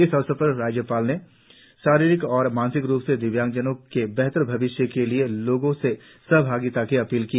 इस अवसर पर राज्यपाल ने शारीरिक और मानसिक रुप से दिव्यांगजनों के बेहतर भविष्य के लिए लोगों से सहभागिता की अपील की